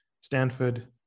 Stanford